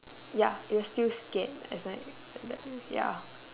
ya is still scare as like ya